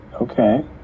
okay